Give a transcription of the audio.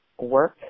work